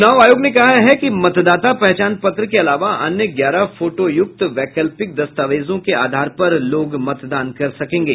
चुनाव आयोग ने कहा है कि मतदाता पहचान पत्र के अलावा अन्य ग्यारह फोटोयुक्त वैकल्पिक दस्तावेजों के आधार पर लोग मतदान कर सकेंगे